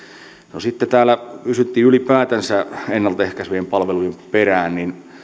auki sitten täällä kysyttiin ylipäätänsä ennalta ehkäisevien palvelujen perään